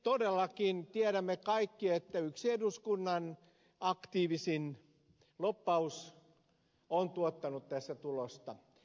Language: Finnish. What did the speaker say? todellakin tiedämme kaikki että yksi eduskunnan aktiivisin lobbaus on tuottanut tässä tulosta